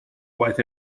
wife